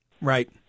Right